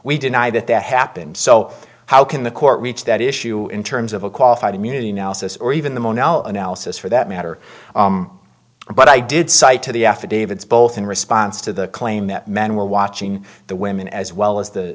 we deny that that happened so how can the court reach that issue in terms of a qualified immunity analysis or even the mono analysis for that matter but i did cite to the affidavits both in response to the claim that men were watching the women as well as the